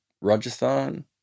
rajasthan